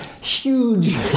huge